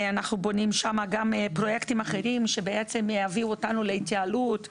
אנחנו בונים שם גם פרויקטים אחרים שיביאו אותנו להתייעלות,